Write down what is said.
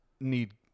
need